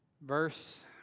Verse